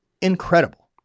incredible